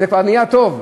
זה כבר נהיה טוב.